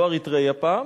לא אריתריאי הפעם,